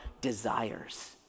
desires